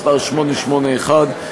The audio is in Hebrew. מס' 881,